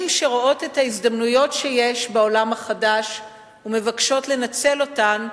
שרואות את ההזדמנויות שיש בעולם החדש ומבקשות לנצל אותן,